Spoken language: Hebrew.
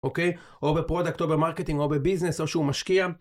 אוקיי. או בפרודקט או במרקטינג או בביזנס או שהוא משקיע